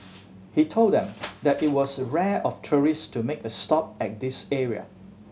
he told them that it was rare of tourist to make a stop at this area